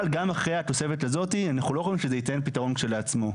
אבל גם אחרי התוספת הזאת אנחנו לא חושבים שזה ייתן פתרון כשלעצמו.